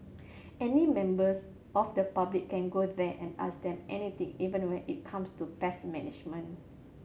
any members of the public can go there and ask them anything even when it comes to pest management